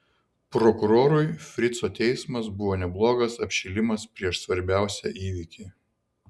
prokurorui frico teismas buvo neblogas apšilimas prieš svarbiausią įvykį